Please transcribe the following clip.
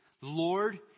Lord